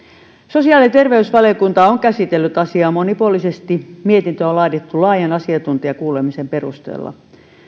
sosiaali ja terveysvaliokunta on käsitellyt asiaa monipuolisesti mietintö on laadittu laajan asiantuntijakuulemisen perusteella